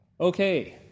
Okay